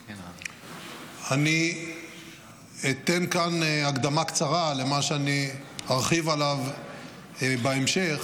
אני אתן כאן הקדמה קצרה למה שאני ארחיב עליו בהמשך,